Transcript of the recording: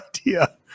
idea